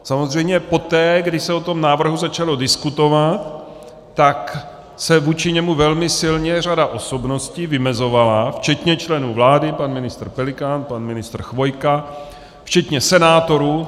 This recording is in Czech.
Samozřejmě poté, kdy se o tom návrhu začalo diskutovat, tak se vůči němu velmi silně řada osobností vymezovala, včetně členů vlády pan ministr Pelikán, pan ministr Chvojka, včetně senátorů.